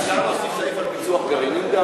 אפשר להוסיף סעיף גם על פיצוח גרעינים?